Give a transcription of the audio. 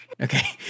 Okay